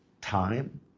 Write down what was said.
time